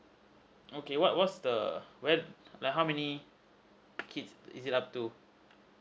okay what was the when like how many kids is it up to